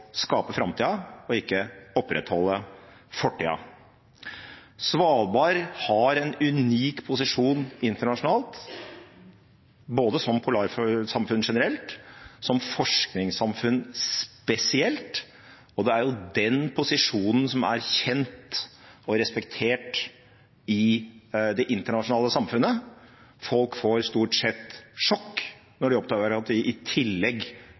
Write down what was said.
skape framtida og ikke opprettholde fortida. Svalbard har en unik posisjon internasjonalt som polarsamfunn generelt og som forskningssamfunn spesielt, og det er den posisjonen som er kjent og respektert i det internasjonale samfunnet. Folk får stort sett sjokk når de oppdager at det i tillegg